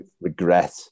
Regret